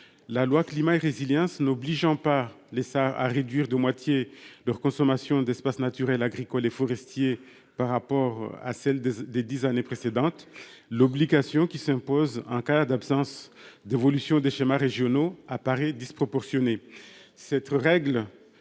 La loi climat et résilience n'obligeant pas les ça à réduire de moitié leur consommation d'espaces naturels agricoles et forestiers par rapport à celle des 10 années précédentes, l'obligation qui s'impose en cas d'absence d'évolution des schémas régionaux à Paris disproportionnée cette règle